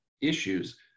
issues